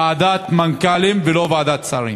ועדת מנכ"לים, ולא ועדת שרים.